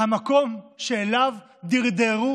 המקום שאליו דרדרו